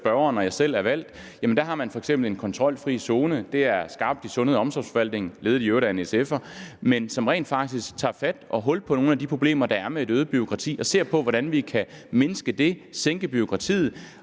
spørgeren og jeg selv er valgt, har man f.eks. en kontrolfri zone, som er skabt i sundheds- og omsorgsforvaltningen – i øvrigt ledet af en SF'er – og som rent faktisk tager hul på og fat på nogle af de problemer, der er med øget bureaukrati, og ser på, hvordan de kan mindske det, sænke bureaukratiet